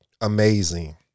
amazing